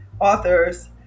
authors